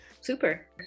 Super